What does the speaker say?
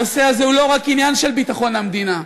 הנושא הזה הוא לא רק עניין של ביטחון המדינה.